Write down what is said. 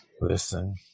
Listen